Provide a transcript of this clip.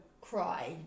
cry